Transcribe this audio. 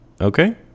okay